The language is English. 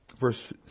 Verse